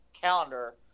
calendar